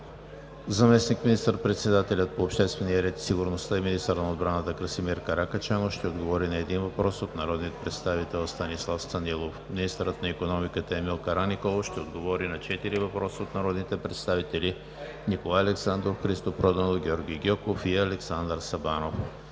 Заместник министър-председателят по обществения ред и сигурността и министър на отбраната Красимир Каракачанов ще отговори на един въпрос от народния представител Станислав Станилов. 3. Министърът на икономиката Емил Караниколов ще отговори на четири въпроса от народните представители Николай Александров, Христо Проданов, Георги Гьоков и Александър Сабанов.